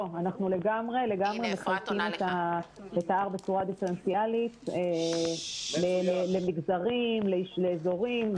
אנחנו לגמרי מחלקים את ה-R בצורה דיפרנציאלית לפי מגזרים ויישובים.